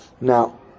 Now